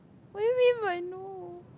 what you mean by no